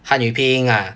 汉语拼音啊